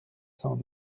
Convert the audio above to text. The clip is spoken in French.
cent